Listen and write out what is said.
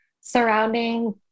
surrounding